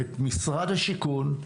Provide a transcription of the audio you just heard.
את משרד השיכון,